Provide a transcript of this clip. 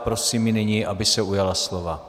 Prosím ji nyní, aby se ujala slova.